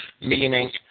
meaning